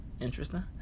Interesting